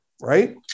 right